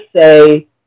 say